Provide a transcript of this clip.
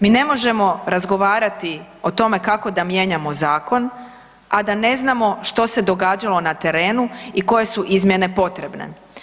Mi ne možemo razgovarati o tome kako da mijenjamo zakon, a da ne znamo što se događalo na terenu i koje su izmjene potrebne.